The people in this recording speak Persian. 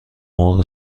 مرغ